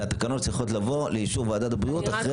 זה התקנות צריכות לבוא לאישור ועדת הבריאות אחרי-